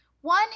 One